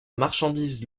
marchandises